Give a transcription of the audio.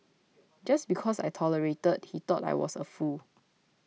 just because I tolerated he thought I was a fool